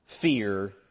Fear